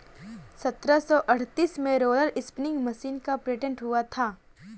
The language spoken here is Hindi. सत्रह सौ अड़तीस में रोलर स्पीनिंग मशीन का पेटेंट हुआ था